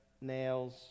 nails